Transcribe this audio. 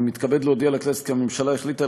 אני מתכבד להודיע לכנסת כי הממשלה החליטה